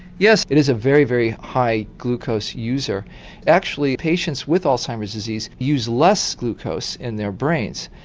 yes it is a very, very high glucose user actually patients with alzheimer's disease use less glucose in their brains.